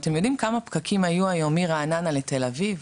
אתם יודעים כמה פקקים היו היום מרעננה לתל אביב?